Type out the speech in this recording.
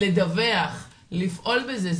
לדווח ולפעול בזה.